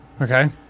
Okay